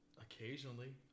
Occasionally